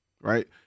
right